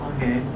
Okay